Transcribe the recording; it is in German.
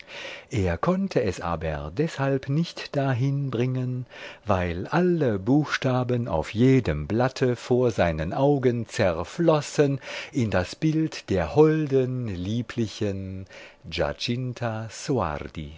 er konnte es aber deshalb nicht dahin bringen weil alle buchstaben auf jedem blatte vor seinen augen zerflossen in das bild der holden lieblichen